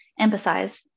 empathize